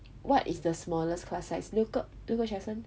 what is the smallest class size 六个六个学生